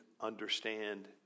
understand